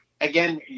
again